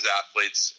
athletes